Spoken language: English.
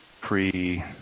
pre